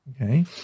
Okay